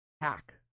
hack